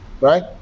right